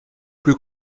plus